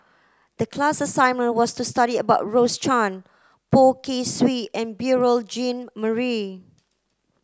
the class assignment was to study about Rose Chan Poh Kay Swee and Beurel Jean Marie